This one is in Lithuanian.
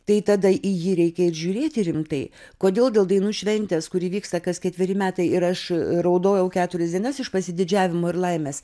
tai tada į jį reikia ir žiūrėti rimtai kodėl dėl dainų šventės kuri vyksta kas ketveri metai ir aš raudojau keturias dienas iš pasididžiavimo ir laimės